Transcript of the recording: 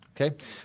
Okay